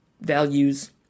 values